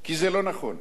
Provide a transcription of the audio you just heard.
כי זה לא נכון.